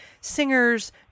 singers